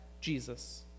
Jesus